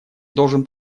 должен